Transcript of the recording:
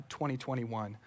2021